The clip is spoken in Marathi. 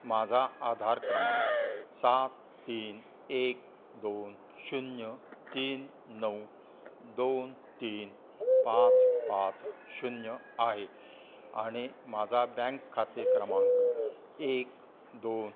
माझा आधार क्रमांक सात तीन एक दोन शून्य तीन नऊ दोन तीन पाच पाच शून्य आहे आणि माझा बँक खाते क्रमांक एक दोन